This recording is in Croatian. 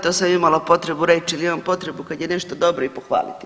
To sam imala potrebu reć jel imam potrebu kad je nešto dobro i pohvaliti.